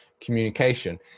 communication